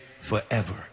forever